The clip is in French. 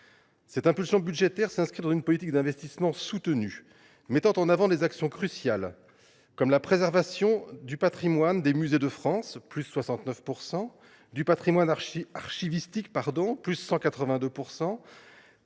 Cette impulsion budgétaire s’inscrit dans une politique d’investissement soutenue, mettant en avant des actions cruciales comme la préservation du patrimoine des musées de France, en hausse de 69,06 %, et du patrimoine archivistique, en